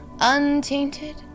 untainted